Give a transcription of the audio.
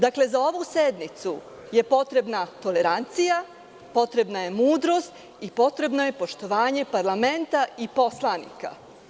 Za ovu sednicu je potrebna tolerancija, mudrost i potrebno je poštovanje parlamenta i poslanika.